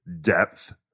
depth